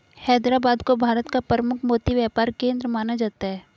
हैदराबाद को भारत का प्रमुख मोती व्यापार केंद्र माना जाता है